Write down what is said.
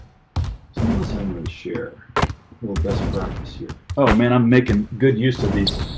something else anyways share well best practice you oh, man i'm making good use of these